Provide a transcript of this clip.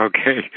Okay